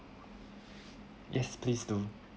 yes please do it